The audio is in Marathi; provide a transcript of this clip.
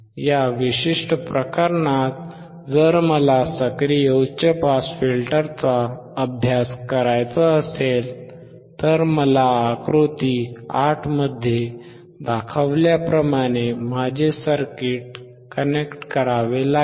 या विशिष्ट प्रकरणात जर मला सक्रिय उच्च पास फिल्टरचा अभ्यास करायचा असेल तर मला आकृती 8 मध्ये दाखवल्याप्रमाणे माझे सर्किट कनेक्ट करावे लागेल